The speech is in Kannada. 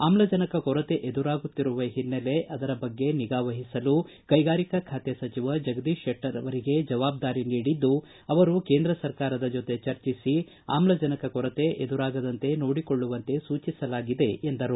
ಆಮ್ಲಜನಕ ಕೊರತೆ ಎದುರಾಗುತ್ತಿರುವ ಹಿನ್ನೆಲೆಯಲ್ಲಿ ಅದರ ಬಗ್ಗೆ ನಿಗಾ ವಹಿಸಲು ಕೈಗಾರಿಕಾ ಖಾತೆ ಸಚಿವ ಜಗದೀಶ್ ಶೆಟ್ಟರ್ ಅವರಿಗೆ ಜವಾಬ್ದಾರಿ ನೀಡಿದ್ದು ಅವರು ಕೇಂದ್ರ ಸರ್ಕಾರದ ಜೊತೆ ಚರ್ಚೆ ನಡೆಸಿ ಆಮ್ಲಜನಕ ಕೊರತೆ ಎದುರಾಗದಂತೆ ನೋಡಿಕೊಳ್ಳುವಂತೆ ಸೂಚಿಸಲಾಗಿದೆ ಎಂದರು